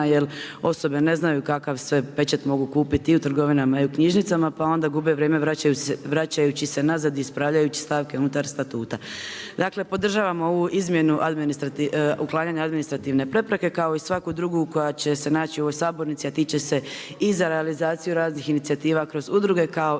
jel osobe ne znaju kakav sve pečat mogu kupiti i u trgovinama i u knjižnicama pa onda gube vrijeme vraćajući se nazad i ispravljajući stavke unutar statuta. Dakle podržavamo ovu izmjenu uklanjanja administrativne prepreke kao i svaku drugu koja će se naći u ovoj sabornici, a tiče se i za realizaciju raznih inicijativa kroz udruge kao